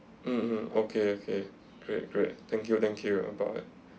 mm mm okay okay great great thank you thank you about it